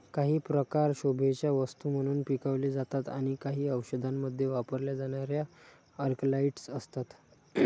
काही प्रकार शोभेच्या वस्तू म्हणून पिकवले जातात आणि काही औषधांमध्ये वापरल्या जाणाऱ्या अल्कलॉइड्स असतात